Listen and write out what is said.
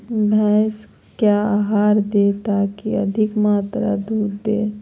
भैंस क्या आहार दे ताकि अधिक मात्रा दूध दे?